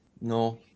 no